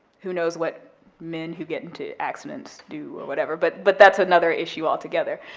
who knows what men who get into accidents do or whatever, but but that's another issue altogether.